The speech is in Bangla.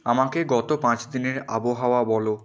আমাকে গত পাঁচ দিনের আবহাওয়া বলো